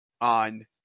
on